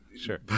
sure